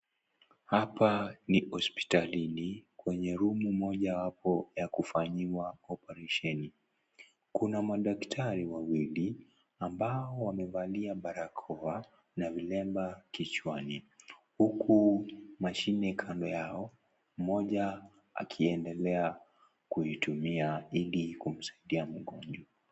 Hapa ni hospitalini kwenye room moja hapo ya kufanyiwa oparesheni. Kuna madaktari wawili ambao wamevalia barakoa na vilemba kichwani huku mashine kando yao, mmoja anaendelea kuitumia ili kumsaidia mgonjwa.